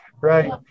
Right